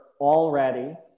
already